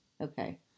Okay